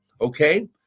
okay